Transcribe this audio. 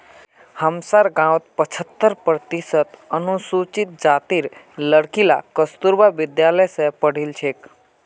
हमसार गांउत पछहत्तर प्रतिशत अनुसूचित जातीर लड़कि ला कस्तूरबा विद्यालय स पढ़ील छेक